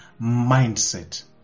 mindset